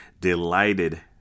delighted